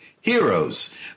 heroes